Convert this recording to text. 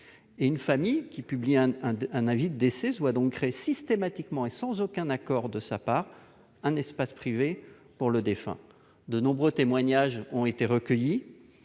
Une famille qui publie un avis de décès dans ce journal se voit donc créer systématiquement, et sans aucun accord de sa part, un espace privé dédié au défunt. De nombreux témoignages ont été recueillis.